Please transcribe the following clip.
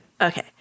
Okay